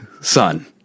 son